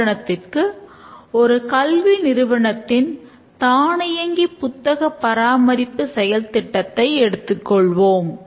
உதாரணத்திற்கு ஒரு கல்வி நிறுவனத்தின் தானியங்கி புத்தக பராமரிப்பு செயல் திட்டத்தை எடுத்துக் கொள்வோம்